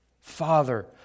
Father